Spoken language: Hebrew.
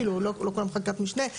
או אפילו לא כל כל חקיקת משנה.